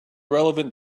relevant